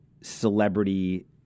celebrity